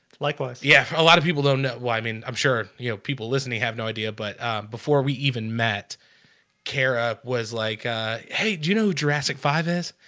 likewise, yeah, a lot of people don't know why i mean, i'm sure you know people listening have no idea but before we even met kara was like hey, do you know jurassic five s?